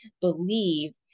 believe